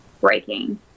breaking